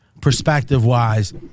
perspective-wise